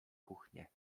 kuchnie